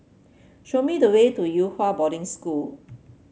show me the way to Yew Hua Boarding School